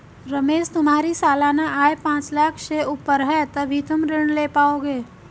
रमेश तुम्हारी सालाना आय पांच लाख़ से ऊपर है तभी तुम ऋण ले पाओगे